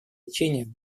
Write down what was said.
лечение